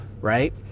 right